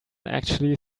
actually